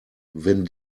wenn